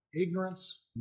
Ignorance